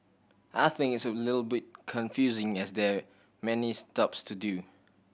I think it's a little bit confusing as there many stops to do